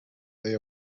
they